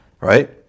right